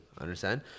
Understand